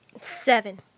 Seven